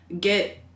get